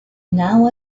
now